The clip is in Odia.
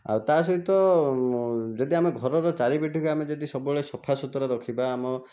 ଆଉ ତା'ସହିତ ଯଦି ଆମେ ଘରର ଚାରିପିଠିକୁ ଆମେ ଯଦି ସବୁବେଳେ ସଫାସୁତୁରା ରଖିବା ଆମ